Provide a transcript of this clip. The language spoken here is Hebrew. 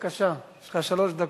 בבקשה, יש לך שלוש דקות.